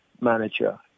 manager